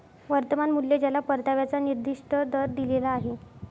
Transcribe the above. वर्तमान मूल्य ज्याला परताव्याचा निर्दिष्ट दर दिलेला आहे